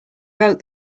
wrote